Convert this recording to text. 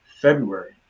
February